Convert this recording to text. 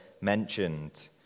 mentioned